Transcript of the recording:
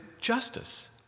justice